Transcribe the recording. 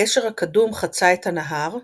הגשר הקדום חצה את הנהר,